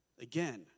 Again